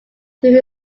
through